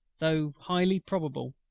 though highly probable,